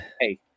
hey